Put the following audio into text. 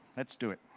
let's do it.